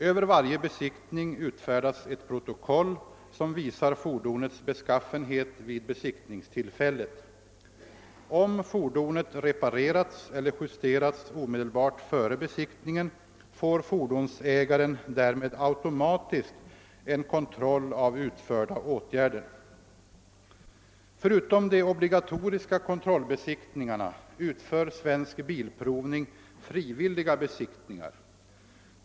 Över varje besiktning utfärdas ett protokoll, som visar fordonets beskaffenhet vid besiktningstillfället. Om fordonet reparerats eller justerats omedelbart före besiktningen får fordonsägaren därmed automatiskt en kontroll av utförda åtgärder. Förutom de obligatoriska kontrollbesiktningarna utför Svensk bilprovning frivilliga besiktningar.